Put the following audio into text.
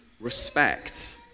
respect